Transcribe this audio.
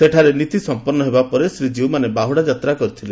ସେଠାରେ ନୀତି ସମ୍ମନ୍ନ ହେବାପରେ ଶ୍ରୀଜୀଉମାନେ ବାହୁଡା ଯାତ୍ରା କରିଥିଲେ